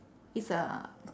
he's a